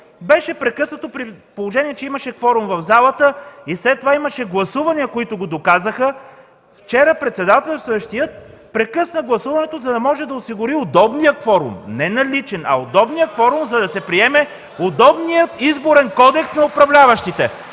отново. При положение че имаше кворум в залата и след това гласувания, които го доказаха, вчера председателстващият прекъсна гласуването, за да може да осигури удобния кворум, не наличния, а удобен кворум, за да се приеме удобният Изборен кодекс за управляващите.